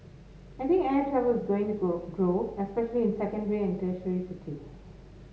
I think air travel is going to grow especially in secondary and tertiary cities